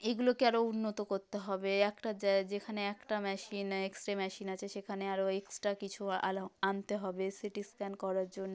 এইগুলোকে আরও উন্নত করতে হবে একটা যেখানে একটা মেশিন এক্স রে মেশিন আছে সেখানে আরও এক্সট্রা কিছু আলো আনতে হবে সিটি স্ক্যান করার জন্য